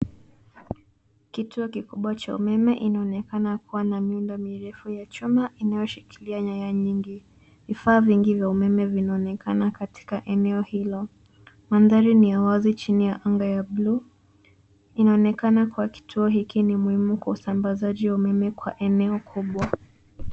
Kituo kikubwa cha umeme inaonekana kuwa na miundo mirefu ya chuma inayoshikilia nyaya nyingi. Vifaa vingi vya umeme vinaonekana katika eneo hilo. Mandhari ni ya wazi chini ya anga ya blue inaonekana kuwa kituo hiki ni muhimu kwa usambazaji wa umeme kwa eneo kubwa.